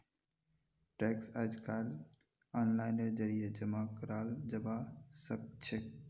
tax अइजकाल ओनलाइनेर जरिए जमा कराल जबा सखछेक